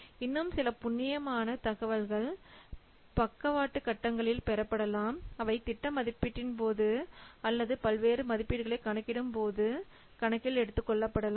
இன்னும் சில தகவல்கள் பக்கவாட்டு கட்டங்களில் பெறப்படலாம் அவை திட்ட மதிப்பீட்டின் போது அல்லது பல்வேறு மதிப்பீடுகளை கணக்கிடும்போது கணக்கில் எடுத்துக் கொள்ளப்படலாம்